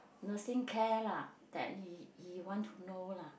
nursing care lah that he he want to know lah